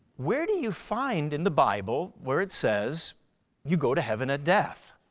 where do you find in the bible where it says you go to heaven at death?